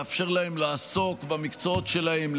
לאפשר להם לעסוק במקצועות שלהם,